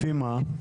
לפי מה?